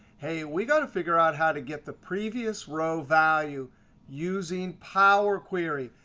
hey, we've got to figure out how to get the previous row value using power query.